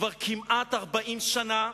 כבר כמעט 40 שנה,